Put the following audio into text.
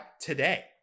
today